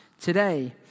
today